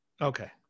okay